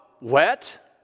wet